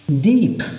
deep